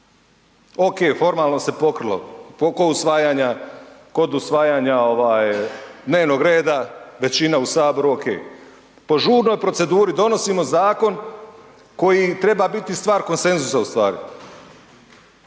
Ok, formalno se pokrilo kod usvajanja dnevnog reda, većina u saboru ok. Po žurnoj proceduri donosimo zakon koji treba biti stvar konsenzusa u stvari.